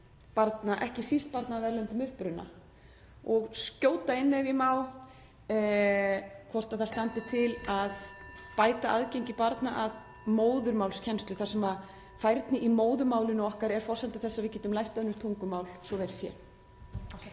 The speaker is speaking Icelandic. ekki síst barna af erlendum uppruna — og skjóta inn, ef ég má, hvort það (Forseti hringir.) standi til að bæta aðgengi barna að móðurmálskennslu þar sem færni í móðurmálinu okkar er forsenda þess að við getum lært önnur tungumál svo að vel sé.